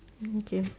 okay